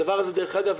דרך אגב,